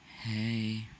Hey